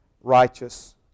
righteous